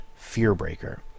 Fearbreaker